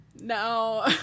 Now